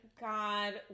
God